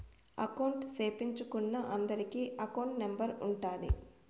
account సేపిచ్చుకున్నా అందరికి account number ఉంటాది